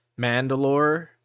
Mandalore